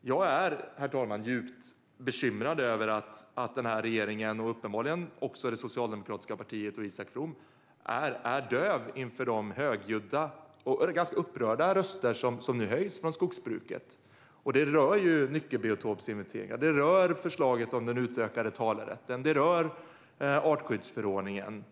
Jag är, herr talman, djupt bekymrad över att den här regeringen och uppenbarligen också det socialdemokratiska partiet och Isak From är döva inför de högljudda, och ganska upprörda, röster som nu höjs från skogsbruket. Det rör nyckelbiotopsinventeringar, det rör förslaget om den utökade talerätten och det rör artskyddsförordningen.